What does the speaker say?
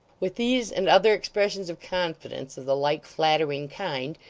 with these and other expressions of confidence of the like flattering kind,